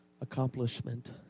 accomplishment